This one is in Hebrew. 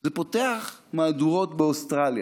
זה פותח מהדורות באוסטרליה.